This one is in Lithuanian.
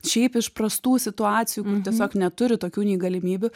šiaip iš prastų situacijų kur tiesiog neturi tokių nei galimybių